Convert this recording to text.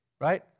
right